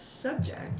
subject